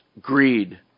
greed